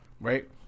Right